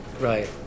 right